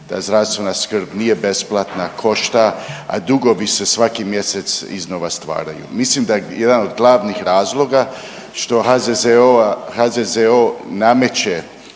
da zdravstvena skrb nije besplatna, košta, a dugovi se svaki mjesec iznosa stvaraju. Mislim da jedan od glavnih razloga što HZZO nameće